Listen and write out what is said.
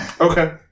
Okay